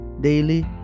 daily